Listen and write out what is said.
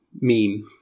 meme